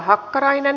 kiitos